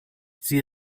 sie